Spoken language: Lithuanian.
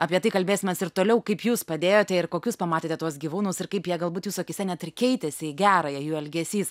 apie tai kalbėsimės ir toliau kaip jūs padėjote ir kokius pamatėte tuos gyvūnus ir kaip jie galbūt jūsų akyse net ir keitėsi į gerąją jų elgesys